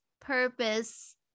purpose